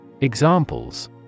Examples